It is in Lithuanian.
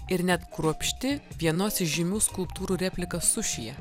ir net kruopšti vienos įžymių skulptūrų replika sušyje